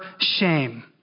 shame